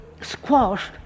squashed